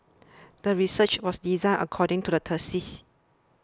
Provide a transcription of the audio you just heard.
the research was designed according to the